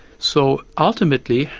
so, ultimately,